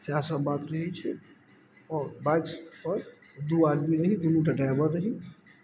सएह सब बात रहय छै आओर बाइकपर दू आदमी रही दुनू टा ड्राइवर रही